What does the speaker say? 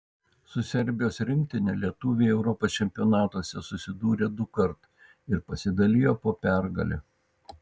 su serbijos rinktine lietuviai europos čempionatuose susidūrė dukart ir pasidalijo po pergalę